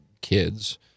kids